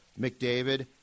McDavid